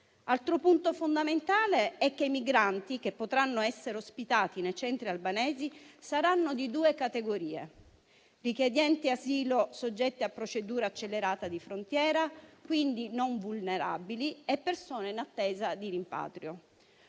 Altro punto fondamentale è che migranti che potranno essere ospitati nei centri albanesi saranno di due categorie: richiedenti asilo soggetti a procedura accelerata di frontiera, quindi non vulnerabili, e persone in attesa di rimpatrio.